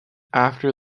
after